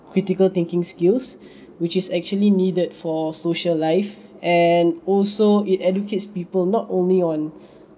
critical thinking skills which is actually needed for social life and also it educates people not only on